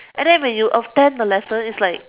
and then when you attend the lesson it's like